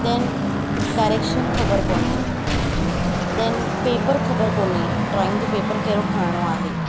then direction ख़बर कोन्हे दैन पेपर ख़बर कोन्हे ड्रॉइंग जो पेपर कहिड़ो खणणो आहे